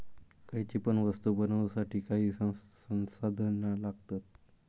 खयची पण वस्तु बनवुसाठी काही संसाधना लागतत